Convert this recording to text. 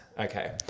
Okay